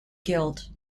guilt